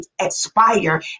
expire